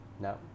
No